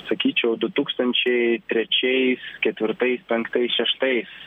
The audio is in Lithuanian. sakyčiau du tūkstančiai trečiais ketvirtais penktais šeštais